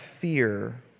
fear